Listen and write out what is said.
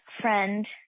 friend